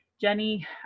Jenny